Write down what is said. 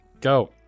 Go